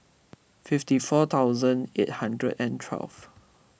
fifty four thousand eight hundred and twelve